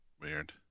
Weird